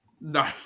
No